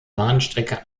bahnstrecke